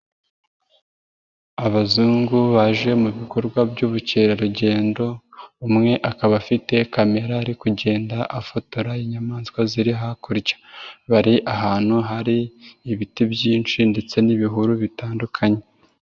Abazungu baje mu bikorwa by'ubukerarugendo, umwe akaba afite kamera ari kugenda afotora inyamaswa ziri hakurya. Bari ahantu hari ibiti byinshi ndetse n'ibihuru bitandukanye.